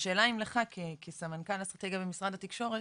השאלה אם לך כסמנכ"ל אסטרטגיה במשרד התקשורת,